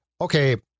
okay